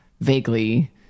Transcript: vaguely